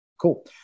Cool